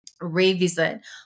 revisit